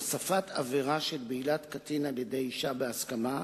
הוספת עבירה של בעילת קטין על-ידי אשה בהסכמה,